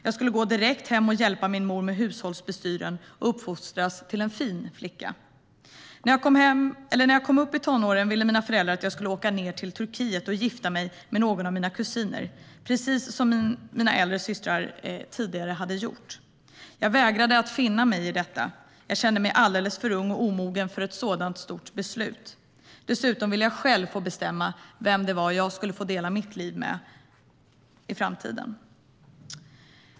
Jag skulle gå direkt hem och hjälpa min mor med hushållsbestyren och uppfostras till en fin flicka. När jag kom upp i tonåren ville mina föräldrar att jag skulle åka till Turkiet och gifta mig med någon av mina kusiner, precis som mina äldre systrar tidigare hade gjort. Jag vägrade att finna mig i detta. Jag kände mig alldeles för ung och omogen för ett sådant stort beslut. Dessutom ville jag själv få bestämma vem jag skulle dela mitt liv med i framtiden.